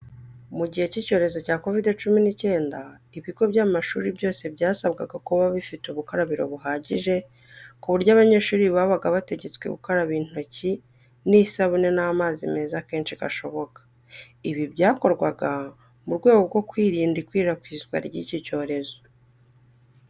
Mu gihe cy'icyorezo cya Kovide cumi n'icyenda, ibigo by'amashuri byose byasabwaga kuba bifite ubukarabiro buhagije ku buryo abanyeshuri babaga bategetswe gukaraba intoki n'isabune n'amazi meza kenshi gashoboka. Ibi byakorwaga mu rwego rwo kwirinda ikwirakwizwa ry'iki cyorezo.